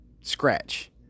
Scratch